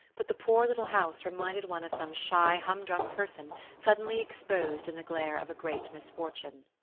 but the poor little house reminded one of some shy humdrum person suddenly exposed in the glare of a great misfortune.